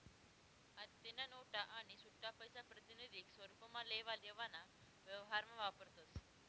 आत्तेन्या नोटा आणि सुट्टापैसा प्रातिनिधिक स्वरुपमा लेवा देवाना व्यवहारमा वापरतस